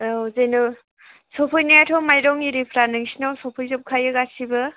औ जेन' सफैनायाथ' माइरं आरिफ्रा नोंसोरनाव सफैजोबखायो गासैबो